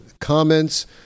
comments